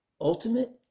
ultimate